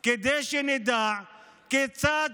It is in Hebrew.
כדי שנדע כיצד